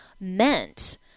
meant